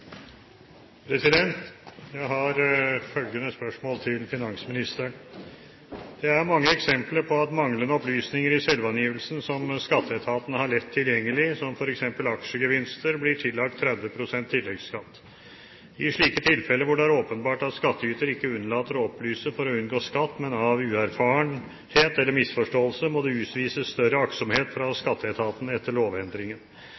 Jeg har følgende spørsmål til finansministeren: «Det er mange eksempler på at manglende opplysninger i selvangivelsen som Skatteetaten har lett tilgjengelig, som f.eks. aksjegevinster, blir ilagt 30 pst. tilleggsskatt. I slike tilfeller hvor det